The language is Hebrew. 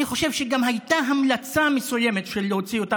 אני חושב שגם הייתה המלצה מסוימת להוציא אותם